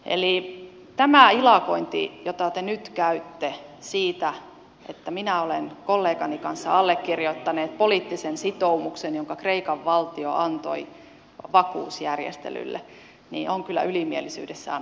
eli tämä ilakointi jota te nyt käytte siitä että minä olen kollegani kanssa allekirjoittanut poliittisen sitoumuksen jonka kreikan valtio antoi vakuusjärjestelylle on kyllä ylimielisyydessään aika erikoista